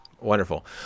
Wonderful